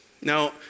Now